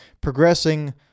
progressing